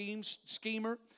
schemer